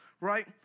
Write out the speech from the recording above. right